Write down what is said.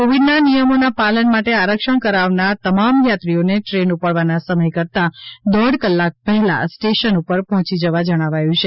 કોવિડના નિયમોના પાલન માટે આરક્ષણ કરાવનાર તમામ યાત્રીઓને ટ્રેન ઉપડવાના સામે કરતાં દોઢ કલાક પહેલા સ્ટેશન ઉપર પહોંચી જવા જણાવાયું છે